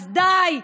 אז די,